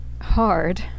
hard